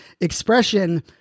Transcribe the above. expression